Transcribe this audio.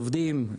עובדים.